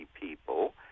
people